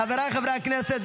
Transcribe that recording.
חבריי חברי הכנסת,